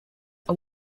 are